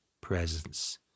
presence